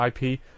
IP